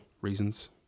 reasons